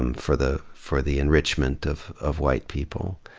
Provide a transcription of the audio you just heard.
um for the for the enrichment of of white people.